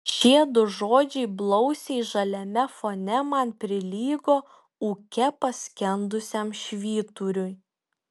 šie du žodžiai blausiai žaliame fone man prilygo ūke paskendusiam švyturiui